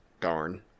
darn